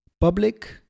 Public